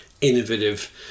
innovative